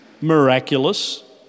miraculous